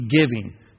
giving